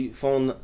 phone